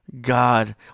God